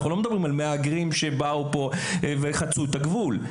אנחנו לא מדברים על מהגרים שחצו את הגבול.